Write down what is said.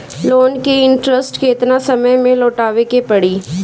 Loan के interest केतना समय में लौटावे के पड़ी?